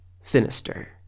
Sinister